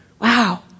Wow